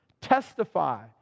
Testify